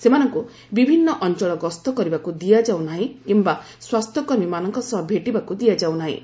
ସେମାନଙ୍କୁ ବିଭିନ୍ନ ଅଞ୍ଚଳଗସ୍ତ କରିବାକୁ ଦିଆଯାଉ ନାହିଁ କିମ୍ବା ସ୍ୱାସ୍ଥ୍ୟ କର୍ମୀମାନଙ୍କ ସହ ଭେଟିବାକୁ ଦିଆଯାଉ ନାହିଁ